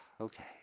Okay